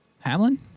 Hamlin